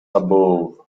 above